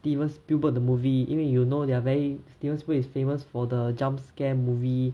stevens pupil the movie 因为 you know they're very stevens pupil is famous for the jump scare movie